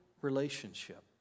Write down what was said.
relationship